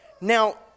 Now